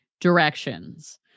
directions